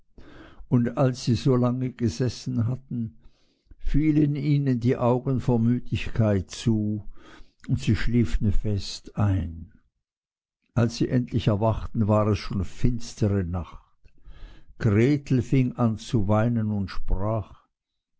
und als sie so lange gesessen hatten fielen ihnen die augen vor müdigkeit zu und sie schliefen fest ein als sie endlich erwachten war es schon finstere nacht gretel fing an zu weinen und sprach